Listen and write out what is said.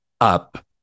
up